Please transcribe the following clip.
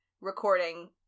recording